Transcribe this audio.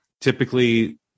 Typically